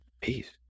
peace